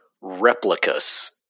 replicas